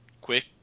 quick